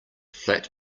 flat